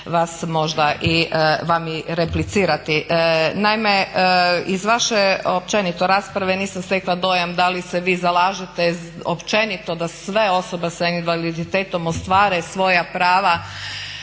vas možda, vam i replicirati. Naime iz vaše općenito rasprave nisam stekla dojam da li se vi zalažete općenito da sve osobe sa invaliditetom ostvare svoja prava